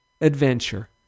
adventure